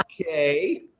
okay